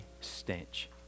stench